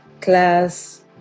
class